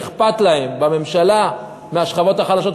שאכפת להם מהשכבות החלשות.